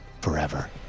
forever